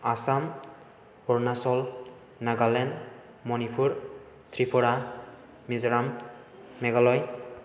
Assam Arunachal Pradesh Nagaland Manipur Tripura Mizoram Meghalaya